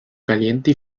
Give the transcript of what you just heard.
caliente